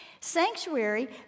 Sanctuary